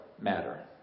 matter